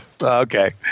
Okay